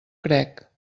crec